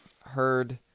heard